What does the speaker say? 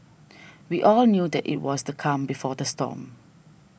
we all knew that it was the calm before the storm